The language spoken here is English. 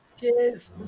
Cheers